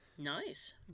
Nice